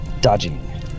dodging